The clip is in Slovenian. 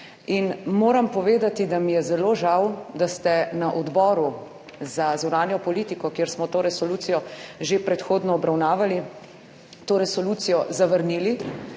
In moram povedati, da mi je zelo žal, da ste na Odboru za zunanjo politiko, kjer smo to resolucijo že predhodno obravnavali, to resolucijo zavrnili.